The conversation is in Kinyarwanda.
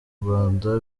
rwanda